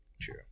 True